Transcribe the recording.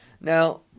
Now